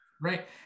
right